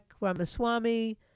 Ramaswamy